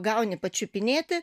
gauni pačiupinėti